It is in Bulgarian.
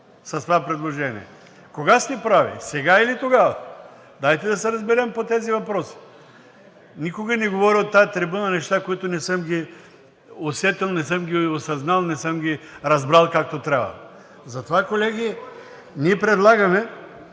с това предложение. Кога сте прави? Сега или тогава? Дайте да се разберем по тези въпроси. Никога не говоря от тази трибуна неща, които не съм ги усетил, не съм ги осъзнал, не съм ги разбрал както трябва. Затова, колеги, ние предлагаме